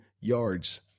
yards